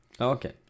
Okay